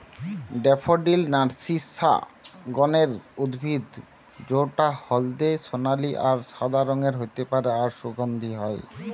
daffodil narcissus গণের উদ্ভিদ জউটা হলদে সোনালী আর সাদা রঙের হতে পারে আর সুগন্ধি হয়